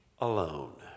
alone